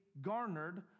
garnered